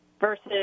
versus